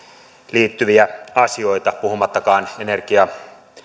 liittyviä asioita puhumattakaan